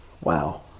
Wow